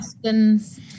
questions